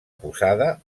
posada